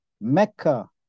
Mecca